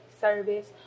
service